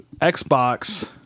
Xbox